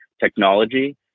technology